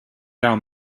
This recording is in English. down